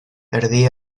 erdi